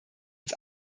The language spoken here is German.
uns